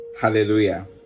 Hallelujah